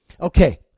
Okay